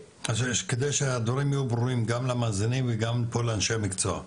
כדי שהדברים יהיו ברורים גם למאזינים וגם פה לאנשי מקצוע,